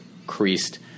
increased